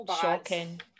shocking